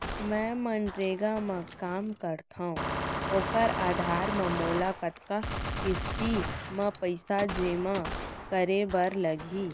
मैं मनरेगा म काम करथो, ओखर आधार म मोला कतना किस्ती म पइसा जेमा करे बर लागही?